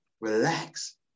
relax